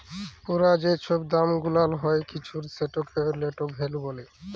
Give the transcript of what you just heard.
পুরা যে ছব দাম গুলাল হ্যয় কিছুর সেটকে লেট ভ্যালু ব্যলে